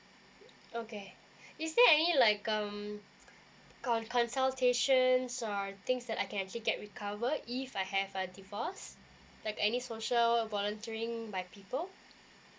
okay is there any like um con~ consultations uh things that I can actually get recover if I have a divorce like any social volunteering by people